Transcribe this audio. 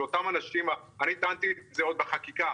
שאותם אנשים --- אני טענתי את זה עוד בחקיקה,